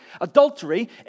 Adultery